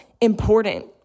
important